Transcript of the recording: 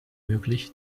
möglich